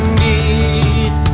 need